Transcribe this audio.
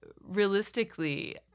realistically